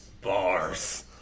Bars